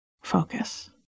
focus